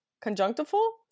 Conjunctival